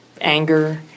anger